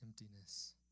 emptiness